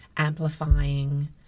amplifying